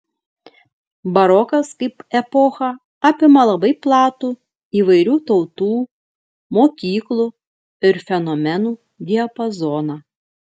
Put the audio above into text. barokas kaip epocha apima labai platų įvairių tautų mokyklų ir fenomenų diapazoną